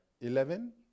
eleven